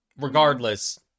regardless